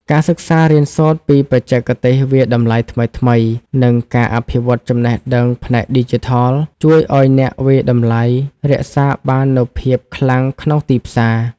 ការសិក្សារៀនសូត្រពីបច្ចេកទេសវាយតម្លៃថ្មីៗ និងការអភិវឌ្ឍចំណេះដឹងផ្នែកឌីជីថល ជួយឱ្យអ្នកវាយតម្លៃរក្សាបាននូវភាពខ្លាំងក្នុងទីផ្សារ។